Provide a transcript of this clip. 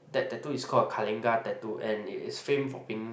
that tattoo is called a Kalinga tattoo and it is famed for being